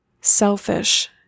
selfish